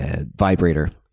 vibrator